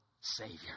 savior